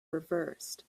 reversed